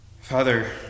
Father